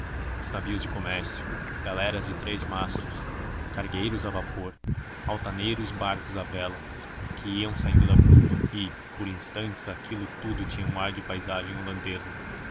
navios de comércio galeras de três mastros cargueiros a vapor altaneiros barcos à vela que iam saindo da bruma e por instantes aquilo tudo tinha um ar de paisagem holandesa